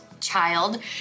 child